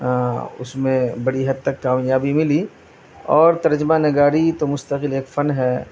اس میں بڑی حد تک کامیابی ملی اور ترجمہ نگاری تو مستقل ایک فن ہے